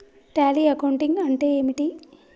Tally accounting అంటే ఏమిటి?